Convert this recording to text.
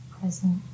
present